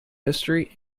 history